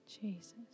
Jesus